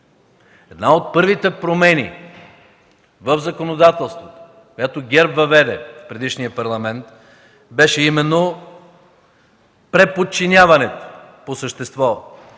Една от първите промени в законодателството, която ГЕРБ въведе в предишния парламент, беше именно преподчиняване по същество